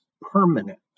permanent